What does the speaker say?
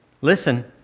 listen